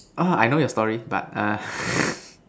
orh I know your story but err